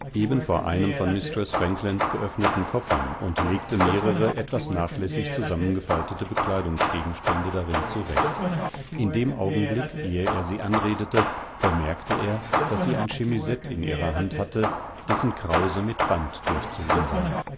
vor einem von mistreß franklands geöffneten koffern und legte mehrere etwas nachlässig zusammengefaltete bekleidungsgegenstände darin zurecht in dem augenblick ehe er sie anredete bemerkte er daß sie ein chemisett in ihrer hand hatte dessen krause mit band durchzogen war